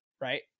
right